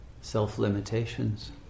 self-limitations